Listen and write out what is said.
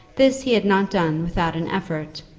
this he had not done without an effort,